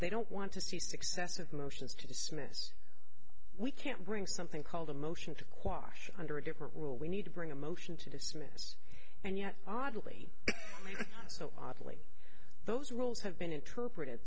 they don't want to see successive motions to dismiss we can't bring something called a motion to quash under a different rule we need to bring a motion to dismiss and yet oddly so oddly those rules have been interpreted